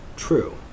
true